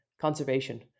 conservation